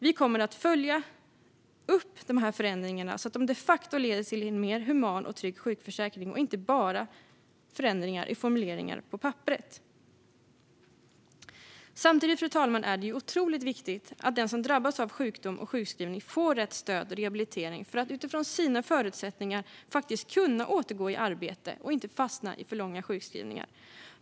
Vi kommer att följa upp att förändringarna de facto leder till en mer human och trygg sjukförsäkring och inte bara till ändrade formuleringar på papperet. Samtidigt, fru talman, är det otroligt viktigt att den som drabbas av sjukdom och sjukskrivning får rätt stöd och rehabilitering för att utifrån sina förutsättningar kunna återgå i arbete och inte fastna i långa sjukskrivningar.